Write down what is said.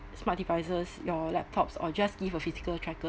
smart devices your laptops or just give a physical tracker